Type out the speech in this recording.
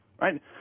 right